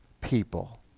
people